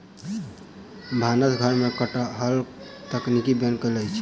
भानस घर में कटहरक तरकारी बैन रहल अछि